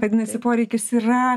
vadinasi poreikis yra